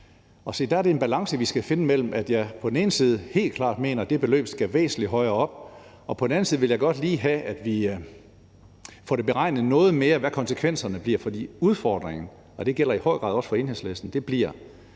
der er det en balance, vi skal finde mellem, at jeg på den ene side helt klart mener, at det beløb skal væsentlig højere op, og på den anden side vil jeg godt lige have, at vi får beregnet noget mere, hvad konsekvenserne af det bliver. For udfordringen, og det gælder i høj grad også for Enhedslisten,